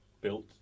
built